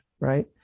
right